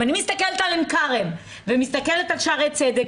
אם אני מסתכלת על עין כרם ומסתכלת על שערי הצדק,